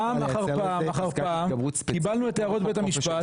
פעם אחר פעם אחר פעם קיבלנו את הערות בית המשפט.